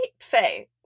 Faye